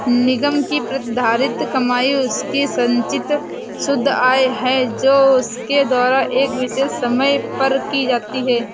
निगम की प्रतिधारित कमाई उसकी संचित शुद्ध आय है जो उसके द्वारा एक विशेष समय पर की जाती है